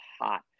hot